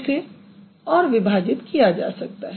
इसे और विभाजित किया जा सकता है